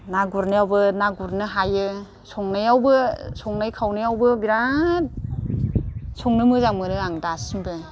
ना गुरनायावबो ना गुरनो हायो संनायावबो संनाय खावनायावबो बिराद संनो मोजां मोनो आं दासिमबो